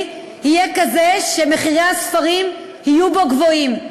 יהיה כזה שמחירי הספרים יהיו בו גבוהים,